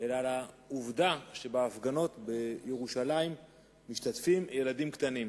אלא בעובדה שבהפגנות בירושלים משתתפים ילדים קטנים.